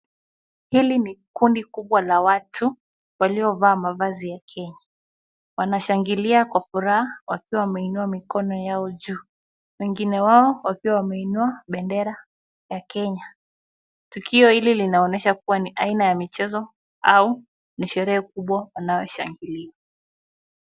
Hili ni kundi kubwa la watu, waliovaa mavazi ya Kenya. Wanashangilia kwa furaha, wakiwa wameinua mikono yao juu, wengine wao wakiwa wameinua bendera ya Kenya. Tukio hili linaonyesha kuwa ni aina ya mchezo, au ni sherehe kubwa wanayoshangilia.